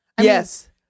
Yes